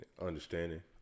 understanding